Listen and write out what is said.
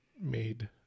made